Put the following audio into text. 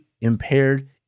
impaired